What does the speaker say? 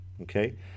okay